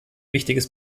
wichtiges